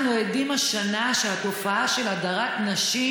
אנחנו עדים השנה לכך שהתופעה של הדרת נשים